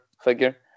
figure